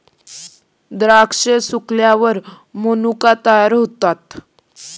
द्राक्षे सुकल्यावर मनुका तयार होतात